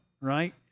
right